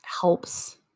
helps